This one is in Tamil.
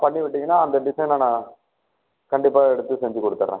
பண்ணிவிட்டிங்கன்னா அந்த டிசைனை நான் கண்டிப்பாக எடுத்து செஞ்சு குடுத்துட்றன்